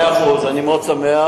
מאה אחוז, אני מאוד שמח.